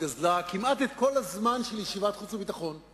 שגזלה כמעט את כל הזמן של ישיבת ועדת החוץ והביטחון.